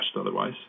otherwise